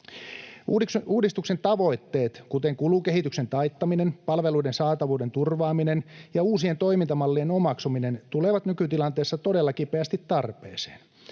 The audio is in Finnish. Uudistuksen tavoitteet, kuten kulukehityksen taittaminen, palveluiden saatavuuden turvaaminen ja uusien toimintamallien omaksuminen, tulevat nykytilanteessa todella kipeästi tarpeeseen.